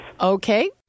Okay